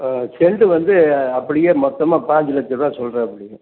ஆ cent வந்து அப்படியே மொத்தமாக பாஞ்சிலட்சருபா சொல்லுறாப்புடி